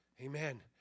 Amen